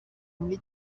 muri